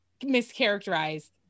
mischaracterized